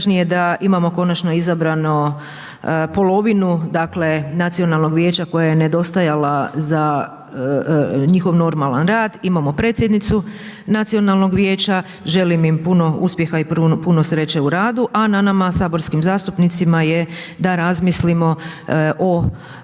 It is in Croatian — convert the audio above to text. je da imamo konačno izbranu polovinu nacionalnog vijeća koja je nedostajala za njihov normalan rad, imamo predsjednicu nacionalnog vijeća, želim im puno uspjeha i puno sreće u radu a nama saborskim zastupnicima da razmislimo o